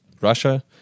Russia